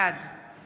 בעד